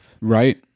Right